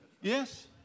Yes